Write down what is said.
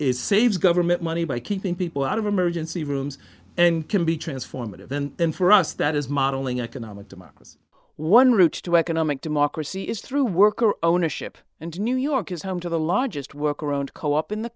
is saves government money by keeping people out of emergency rooms and can be transformative in them for us that is modeling economic democracy one route to economic democracy is through worker ownership and new york is home to the largest work around co op in the